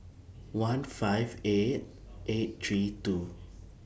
one five eight eight three two